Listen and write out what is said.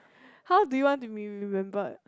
how do you want to be remembered